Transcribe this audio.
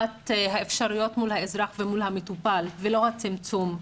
האפשרויות מול האזרח והמטופל ולא צמצומן.